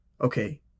okay